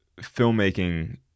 filmmaking